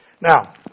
Now